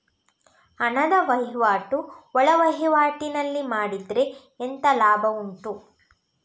ಹಣದ ವಹಿವಾಟು ಒಳವಹಿವಾಟಿನಲ್ಲಿ ಮಾಡಿದ್ರೆ ಎಂತ ಲಾಭ ಉಂಟು?